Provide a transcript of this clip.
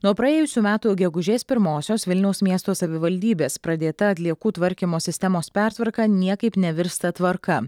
nuo praėjusių metų gegužės pirmosios vilniaus miesto savivaldybės pradėta atliekų tvarkymo sistemos pertvarka niekaip nevirsta tvarka